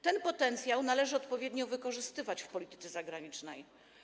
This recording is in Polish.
Ten potencjał należy odpowiednio wykorzystywać w polityce zagranicznej.